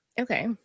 Okay